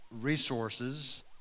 resources